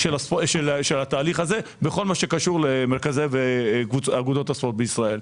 של התהליך הזה בכל מה שקשור למרכזי ואגודות הספורט בישראל.